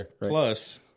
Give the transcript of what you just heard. Plus